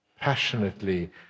passionately